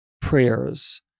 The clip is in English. prayers